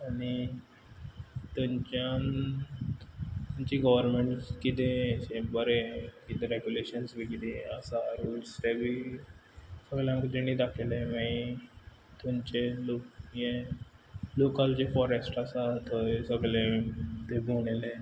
आनी थंयच्यान तेंची गॉवोरमॅण्स कितें एशें बरें कितें रॅगुलेशन्स बी कितें आसा रुल्स ते बी सगले आमकां तेणी दाखयलें माई थंयचे लोक यें लोकल जें फॉरॅस्ट आसा थंय सगलें थंय भोंवडयलें